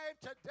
today